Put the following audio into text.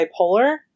bipolar